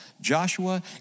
Joshua